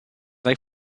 like